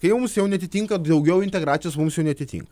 kai mums jau neatitinka daugiau integracijos mums jau neatitinka